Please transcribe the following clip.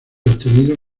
obtenido